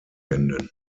umständen